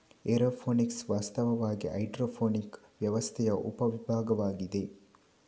aeroponics ವಾಸ್ತವವಾಗಿ hydroponic ವ್ಯವಸ್ಥೆಯ ಉಪ ವಿಭಾಗವಾಗಿದೆ